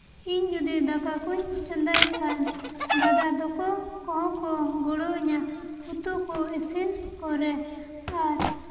ᱤᱧ ᱡᱩᱫᱤ ᱫᱟᱠᱟ ᱠᱚᱧ ᱪᱚᱸᱫᱟᱭ ᱠᱷᱟᱱ ᱫᱟᱫᱟ ᱛᱟᱠᱚ ᱠᱚᱦᱚᱸ ᱠᱚ ᱜᱚᱲᱚᱣ ᱤᱧᱟ ᱩᱛᱩ ᱠᱚ ᱤᱥᱤᱱ ᱠᱚᱨᱮ ᱟᱨ